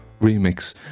Remix